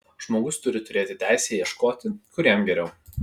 žmogus turi turėti teisę ieškoti kur jam geriau